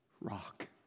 rock